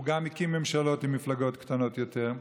הוא גם הקים ממשלות עם מפלגות קטנות יותר.